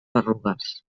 berrugues